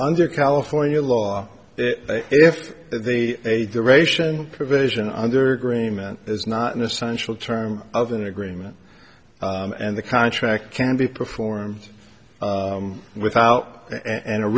under california law if they ate the ration provision under agreement is not an essential term of an agreement and the contract can be performed without and